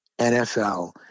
NFL